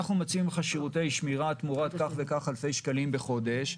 מציעים לך שירותי שמירה תמורת כך וכך אלפי שקלים בחודש.